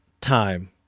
time